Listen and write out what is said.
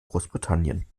großbritannien